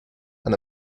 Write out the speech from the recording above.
and